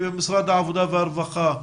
ממשרד העבודה והרווחה?